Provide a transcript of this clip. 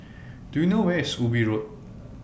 Do YOU know Where IS Ubi Road